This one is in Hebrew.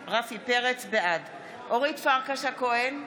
בעד אורית פרקש הכהן,